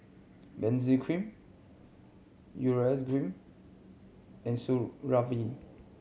Benzac Cream Urea Cream and Supravit